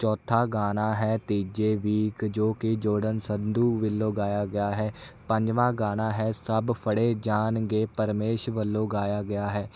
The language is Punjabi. ਚੌਥਾ ਗਾਣਾ ਹੈ ਤੀਜੇ ਵੀਕ ਜੋ ਕਿ ਜੋਰਡਨ ਸੰਧੂ ਵੱਲੋਂ ਗਾਇਆ ਗਿਆ ਹੈ ਪੰਜਵਾਂ ਗਾਣਾ ਹੈ ਸਭ ਫੜੇ ਜਾਣਗੇ ਪਰਮਿਸ਼ ਵੱਲੋਂ ਗਾਇਆ ਗਿਆ ਹੈ